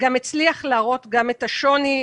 הצליח להראות גם את השוני,